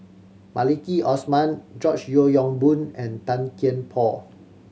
Maliki Osman George Yeo Yong Boon and Tan Kian Por